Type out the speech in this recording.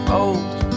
old